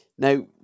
Now